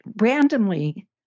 Randomly